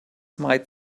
might